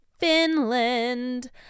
Finland